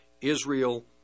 Israel